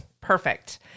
perfect